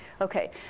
Okay